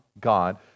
God